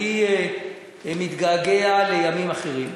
אני מתגעגע לימים אחרים.